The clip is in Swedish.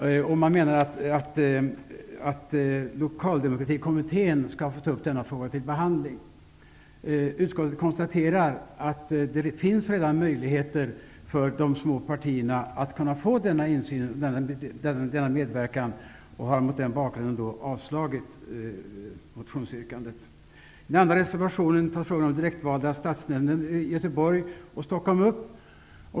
Ny demokrati menar att Lokaldemokratikommittén skall få ta upp denna fråga till behandling. Utskottet konstaterar att det redan finns möjligheter för de små partierna att få denna insyn och medverkan och har mot denna bakgrund avstyrkt motionsyrkandet. I reservation 2 tas frågan om direktvalda stadsdelsnämnder i Göteborg och i Stockholm upp.